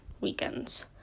weekends